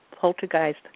Poltergeist